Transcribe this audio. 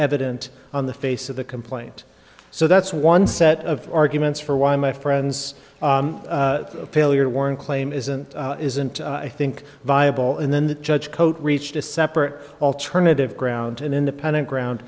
evident on the face of the complaint so that's one set of arguments for why my friends failure warren claim isn't isn't i think viable and then the judge coat reached a separate alternative ground an independent ground